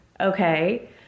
Okay